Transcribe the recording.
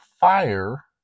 fire